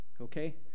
okay